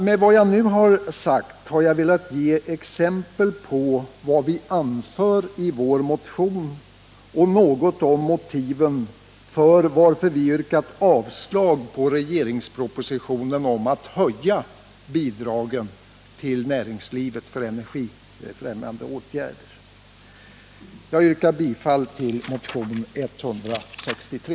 Med detta har jag velat ge exempel på vad vi anför i vår motion och något om motiven till att vi yrkat avslag på propositionen om att höja bidragen till näringslivet för energibefrämjande åtgärder. Jag yrkar bifall till motionen 163.